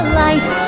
life